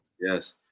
Yes